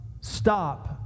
stop